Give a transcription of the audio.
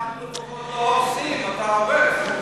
אנחנו לפחות לא הורסים, אתה הורס.